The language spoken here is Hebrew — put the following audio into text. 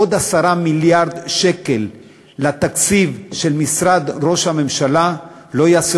עוד 10 מיליארד שקל לתקציב של משרד ראש הממשלה לא יעשו